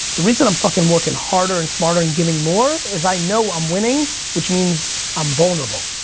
the reason i'm fucking working harder and smarter and giving more is i know i'm winning which means i'm vulnerable.